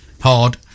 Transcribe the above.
hard